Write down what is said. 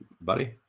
buddy